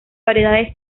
variedades